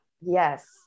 yes